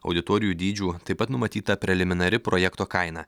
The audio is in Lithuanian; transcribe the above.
auditorijų dydžių taip pat numatyta preliminari projekto kaina